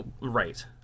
Right